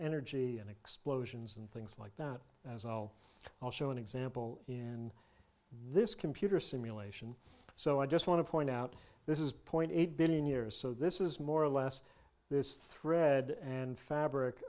energy and explosions and things like that as well i'll show an example in this computer simulation so i just want to point out this is point eight billion years so this is more or less this thread and fabric